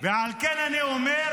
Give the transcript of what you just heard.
ועל כן אני אומר,